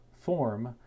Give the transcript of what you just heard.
form